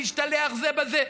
להשתלח זה בזה,